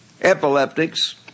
Epileptics